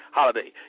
Holiday